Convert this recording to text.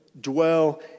dwell